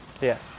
Yes